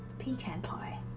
pecan pie.